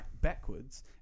backwards